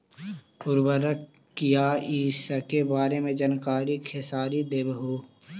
उर्वरक क्या इ सके बारे मे जानकारी खेसारी देबहू?